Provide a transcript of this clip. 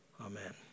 Amen